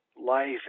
life